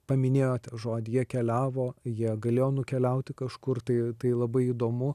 paminėjot žodį jie keliavo jie galėjo nukeliauti kažkur tai tai labai įdomu